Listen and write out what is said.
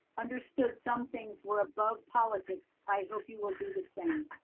understood some things were above politics. i hope you will be the same.